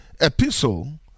epistle